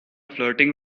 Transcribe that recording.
flirting